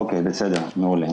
אוקיי, בסדר גמור.